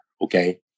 okay